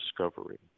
discovery